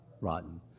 Rotten